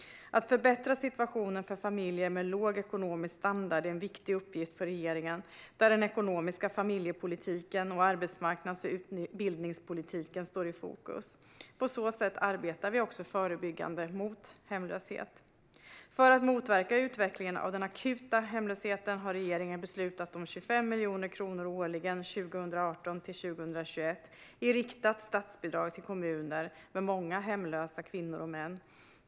Att förbättra situationen för familjer med låg ekonomisk standard är en viktig uppgift för regeringen, där den ekonomiska familjepolitiken och arbetsmarknads och utbildningspolitiken står i fokus. På så sätt arbetar vi också förebyggande mot hemlöshet. För att motverka utvecklingen av den akuta hemlösheten har regeringen beslutat om 25 miljoner kronor årligen 2018-2021 i riktat statsbidrag till kommuner med många hemlösa kvinnor och män.